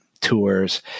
tours